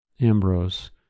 Ambrose